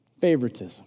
Favoritism